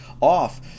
off